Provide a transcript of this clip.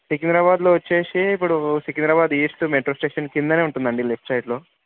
సికింద్రాబాద్లో వచ్చి ఇప్పుడు సికింద్రాబాద్ ఈస్ట్ మెట్రో స్టేషన్ కింద ఉంటుందండి లెఫ్ట్ సైడ్లో